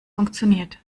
funktioniert